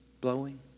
blowing